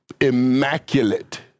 immaculate